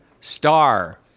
star